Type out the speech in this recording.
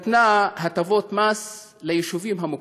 נתנה הטבות מס ליישובים המוכרים,